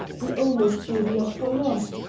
we almost gave you up for lost.